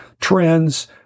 trends